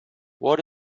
what